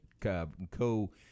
co